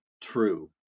true